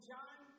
John